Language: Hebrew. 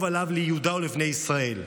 וכתֹב עליו ליהודה ולבני ישראל,